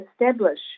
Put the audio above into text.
establish